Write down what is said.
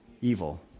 Evil